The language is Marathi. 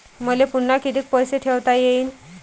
मले पुन्हा कितीक पैसे ठेवता येईन?